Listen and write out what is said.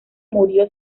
murió